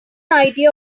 idea